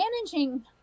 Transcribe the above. managing